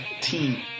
team